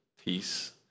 peace